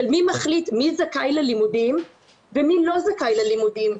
מי מחליט מי זכאי ללימודים ומי לא זכאי ללימודים,